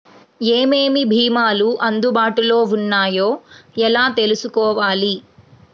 ఏమేమి భీమాలు అందుబాటులో వున్నాయో ఎలా తెలుసుకోవాలి?